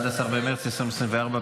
11 במרץ 2024,